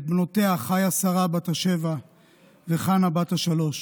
ואת בנותיה, חיה שרה בת השבע וחנה בת השלוש.